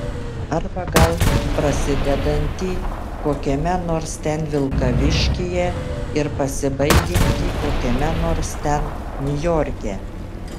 arba gal prasidedantį kokiame nors ten vilkaviškyje ir pasibaigiantį kokiame nors ten niujorke